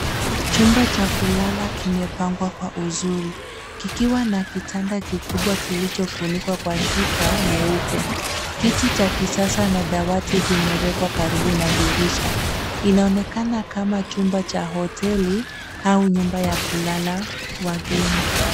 Chumba cha kulala kimepangwa kwa uzuri kikiwa na kitanda kikubwa kilicho funikwa kwa shuka nyeupe. Kiti cha kisasa na dawati vimewekwa karibu na dirisha. Inaonekana kama chumba cha hoteli au nyumba ya kulala wageni.